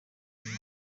imana